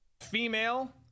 female